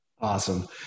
awesome